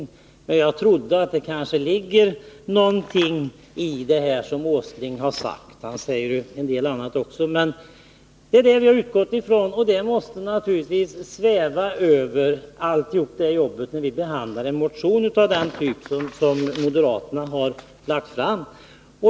Men jag trodde att det låg någonting i det som Nils Åsling har sagt. Det har vi utgått från. Och det måste naturligtvis sväva över hela arbetet när vi behandlar en motion av den typ som moderaterna har väckt.